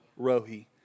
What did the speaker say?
Rohi